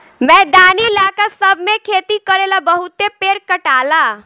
मैदानी इलाका सब मे खेती करेला बहुते पेड़ कटाला